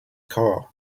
car